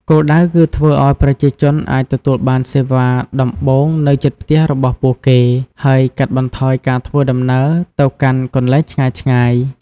គោលដៅគឺធ្វើឱ្យប្រជាជនអាចទទួលបានសេវាដំបូងនៅជិតផ្ទះរបស់ពួកគេ ហើយកាត់បន្ថយការធ្វើដំណើរទៅកាន់កន្លែងឆ្ងាយៗ។